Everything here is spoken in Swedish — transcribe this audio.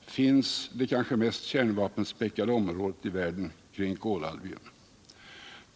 finns det kanske mest kärnvapenspäckade området i världen, det kring Kolahalvön.